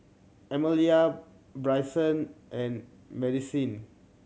Amalia Bryson and Madisyn